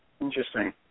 Interesting